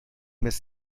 més